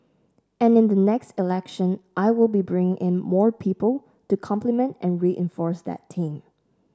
and in the next election I will be bringing in more people to complement and reinforce that team